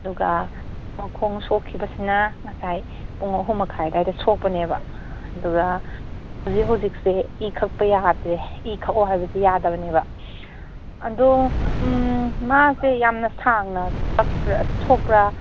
ꯑꯗꯨꯒ ꯃꯈꯣꯡ ꯁꯣꯛꯈꯤꯕꯁꯤꯅ ꯉꯁꯥꯏ ꯄꯨꯡ ꯑꯍꯨꯝ ꯃꯈꯥꯏ ꯑꯗꯥꯏꯗ ꯁꯣꯛꯄꯅꯦꯕ ꯑꯗꯨꯒ ꯍꯧꯖꯤꯛ ꯍꯧꯖꯤꯛꯁꯦ ꯏ ꯈꯛꯄ ꯌꯥꯗ꯭ꯔꯦ ꯏ ꯈꯛꯑꯣ ꯍꯥꯏꯕꯁꯦ ꯌꯥꯗꯕꯅꯦꯕ ꯑꯗꯣ ꯃꯥꯁꯦ ꯌꯥꯝꯅ ꯁꯥꯡꯅ ꯁꯣꯛꯄ꯭ꯔꯥ